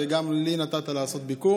וגם לי נתת לעשות ביקור